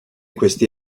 questi